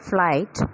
Flight